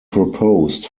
proposed